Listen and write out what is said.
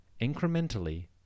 incrementally